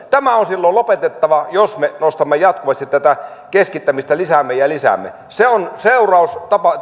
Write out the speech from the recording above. tämä on silloin lopetettava jos me jatkuvasti tätä keskittämistä lisäämme ja lisäämme se on seuraus